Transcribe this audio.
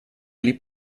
liep